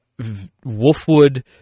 Wolfwood